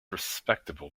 respectable